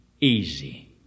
easy